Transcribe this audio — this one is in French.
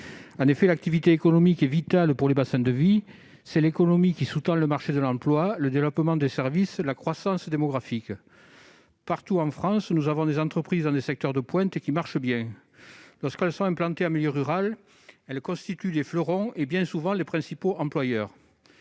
En effet, l'activité économique est vitale pour les bassins de vie. C'est l'économie qui sous-tend le marché de l'emploi, le développement des services et la croissance démographique. Partout en France, nous avons des entreprises dans des secteurs de pointe qui marchent bien. Lorsqu'elles sont implantées en milieu rural, elles constituent des fleurons et, bien souvent, les principaux employeurs